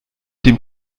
dem